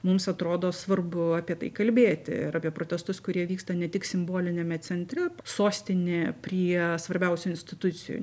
mums atrodo svarbu apie tai kalbėti ir apie protestus kurie vyksta ne tik simboliniame centre sostinėje prie svarbiausių institucijų